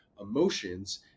emotions